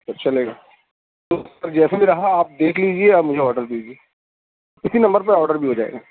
چلے گا جیسا بھی رہا آپ دیکھ لیجیے اور مجھے آرڈر دیجیے اسی نمبر پر آرڈر بھی ہو جائے گا